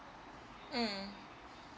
mm